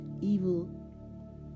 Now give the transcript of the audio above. evil